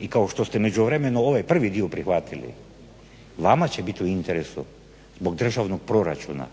I kao što ste u međuvremenu ovaj prvi dio prihvatili vama će biti u interesu zbog državnog proračuna